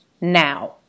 now